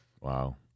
Wow